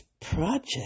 project